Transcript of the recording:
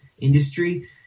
industry